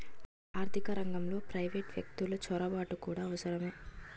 ఆర్థిక రంగంలో ప్రైవేటు వ్యక్తులు చొరబాటు కూడా అవసరమే